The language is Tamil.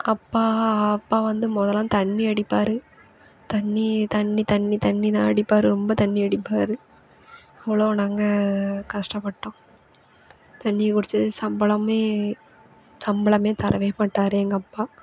அப்பா அப்பா வந்து முதல்லாம் தண்ணி அடிப்பாரு தண்ணி தண்ணி தண்ணி தண்ணி தான் அடிப்பாரு ரொம்ப தண்ணி அடிப்பாரு அவ்வளோ நாங்க கஷ்டபட்டோம் தண்ணிய குடித்து சம்பளமே சம்பளமே தரவே மாட்டாரு எங்கள் அப்பா